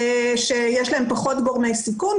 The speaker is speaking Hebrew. שיש להן פחות גורמי סיכון,